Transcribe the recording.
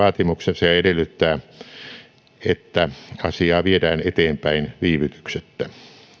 vaatimuksensa ja ja edellyttää että asiaa viedään eteenpäin viivytyksettä